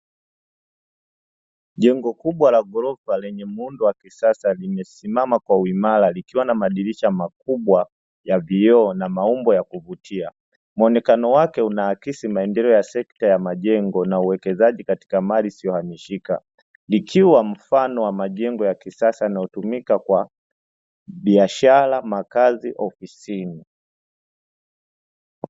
Jengo kubwa la ghorofa lenye madirisha kubwa la vioo muonekano unaonyesha sekta za majengo yanayotumika katika biashara na uwekezaji mbalimbali